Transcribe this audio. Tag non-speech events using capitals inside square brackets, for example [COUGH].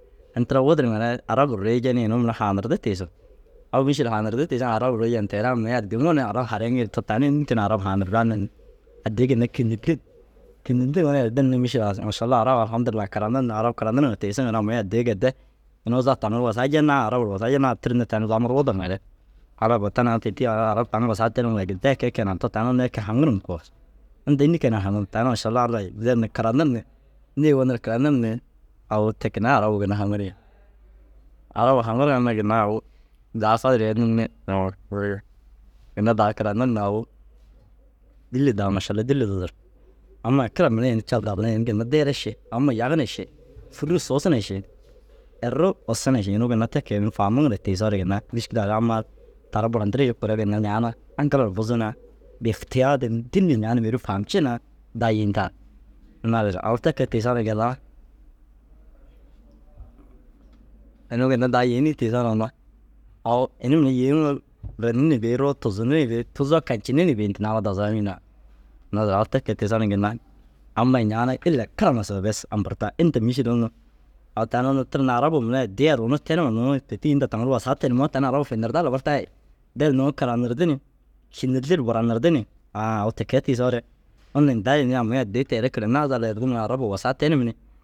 Ini tira wudur ŋare arab ru ruuyi jenii inuu mire haanirde tiisu. Au mîšil haanirdi tiisi ŋa arab ru ruuyi jen teere amii addimuu na arab haraiŋii ru to tani înni keene arab haanirdaa nir ni addii ginna kînildin. Kînildiŋare erdir ni mîšil [HESITATION] mašallau arab alhamdillai karanir ni arab karanir ŋa tiisiŋare amii addii gedde inuu zaa wasaa jenaa ŋa ru arab ru wasaa jenaa ŋa ru tir ni tani zamur wuduruŋare halas pêti aa arab tani wasaa tenima gedee e kee e keenaa to tani unnu e kee haŋir ŋa koo. Inta înni keene ru haaŋim? Tani mašalla Alla i jen ni karanir ni nêe gonir karanir ni au ti kene ru arabuu ginna haŋir yen. Arabuu haŋir ŋa na ginna au daa fadir yenir ni [UNINTELLIGIBLE] ginna daa karanir ni au dîlli daa mašalla dîlli dudur. Amai kira mire ini Cad daa mire ini ginna deere ši. Ama yag na ši, fûrru suus na ši, erru usso na ši. Inuu ginna te kee ini faamuŋire tiisoore ginna mîškilaare ammaa tar burandirii jikuure ginna ñaana aŋkala ru buzu na biftiyaada ni dîlli ñaana mêruu faamci na daa yêentaar. Naazire au te kee tiisoore ginna inuu ginna daa yêniisoo na ginna au ini mire yêeniŋoo renne na bêyi, roo tuzunne na bêyi. Tuzoo kancinne na bêyi tinai amma dazaga miinaa. Naazire au te kee tiisoo na ginna amai ŋaana ille kara suma bes amburtaa. Inta mîšil unnu au tani unnu tir ni arabuu mire addii ai ruuni tenuma unnu pêti inta taŋu ru wasaa tenimmoo tani finirdaa labar tayi. Der nuŋu karanirdi ni šinirde ru buranirdi ni aa au ti kee tiisoore unnu indai ini amii addii teere kirennaa zal ereim ni arabuu wasaatenim ni